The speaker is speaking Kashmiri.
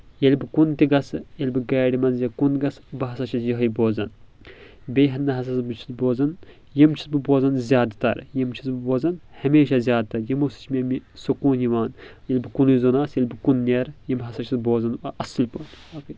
ییٚلہِ بہٕ کُن تہِ گژھہٕ ییٚلہِ بہِ گاڑِ منٛز یا کُن گژھہٕ بہ ہسا چھُ یہے بوزان بییٚہِ ہن نہ ہسا چھس بہٕ بوزان یِم چھُس بہٕ بوزان زیادٕ تر یِم چھُس بہٕ بوزان ہمیشہ زیادٕ تر یِمو سۭتۍ چھُ مےٚ سکون یِوان ییٚلہِ بہٕ کُنے زوٚن آسہٕ ییٚلہِ بہٕ کُن نیرٕ یِم ہسا چھُس بوزان اصٕل پٲٹھۍ